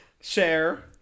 Share